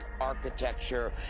architecture